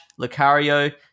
lucario